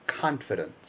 confidence